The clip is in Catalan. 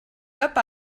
cap